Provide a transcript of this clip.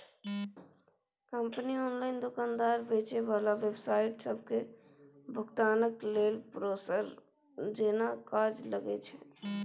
company online दोकानदार, बेचे बला वेबसाइट सबके भुगतानक लेल प्रोसेसर जेना काज लैत छै